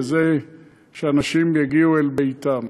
וזה שהאנשים יגיעו אל ביתם.